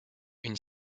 une